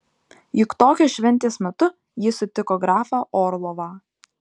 juk tokios šventės metu ji sutiko grafą orlovą